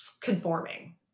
conforming